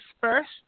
first